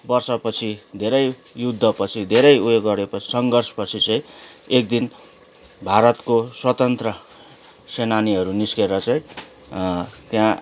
वर्षपछि धेरै युद्धपछि धेरै उयो गरेपछि सङ्घर्षपछि चाहिँ एकदिन भारतको स्वतन्त्र सेनानीहरू निस्केर चाहिँ त्यहाँ